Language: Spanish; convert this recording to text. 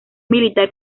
militar